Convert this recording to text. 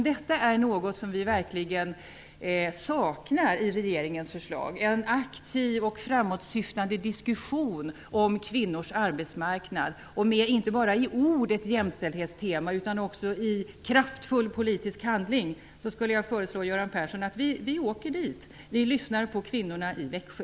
Detta är något som vi verkligen saknar i regeringens förslag - en aktiv och framåtsyftande diskussion om kvinnors arbetsmarknad med ett jämställdhetstema inte bara i ord utan också i kraftfull politisk handling. Jag föreslår Göran Persson att vi åker dit. Vi lyssnar på kvinnorna i Växjö.